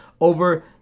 over